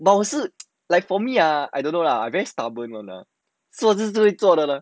but 我是 like for me ah I don't know lah I very stubborn one lah so 就会做的